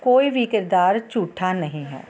ਕੋਈ ਵੀ ਕਿਰਦਾਰ ਝੂਠਾ ਨਹੀਂ ਹੈ